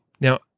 Now